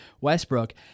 Westbrook